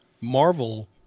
Marvel